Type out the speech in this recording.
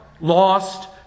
lost